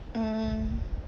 mm